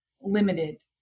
limited